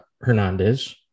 Hernandez